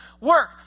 work